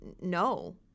No